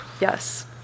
Yes